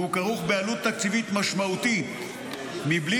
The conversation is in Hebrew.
והוא כרוך בעלות תקציבית משמעותית בלי